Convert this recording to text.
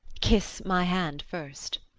kiss my hand first.